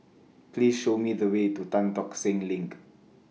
Please Show Me The Way to Tan Tock Seng LINK